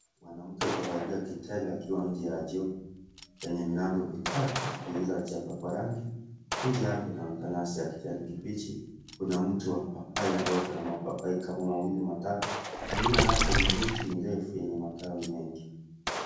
Mwanamke kavalia kitenge akiwa nje ya choo yenye milango mitatu, vyoo vile havijapakwa rangi. Nje yake kunaonekana nyasi ya kijani Kibichi. Kuna mti wa papai, ambao ukona mapapai kama mawili matatu, na nyuma yake ni miti mirefu yenye matawi mengi.